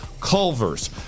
Culver's